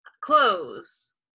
clothes